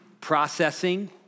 processing